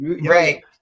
Right